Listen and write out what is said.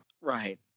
right